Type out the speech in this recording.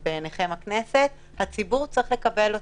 שבעיני הכנסת הציבור צריך לקבל אותם.